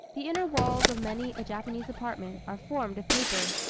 the inner walls of many a japanese apartment are formed of paper,